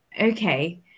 okay